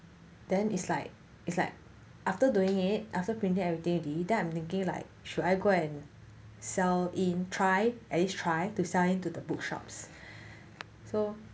then is like is like after doing it after printing everything already then I thinking like should I go and sell in try at least try to sign in to the bookshops so